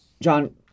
John